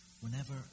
whenever